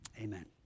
amen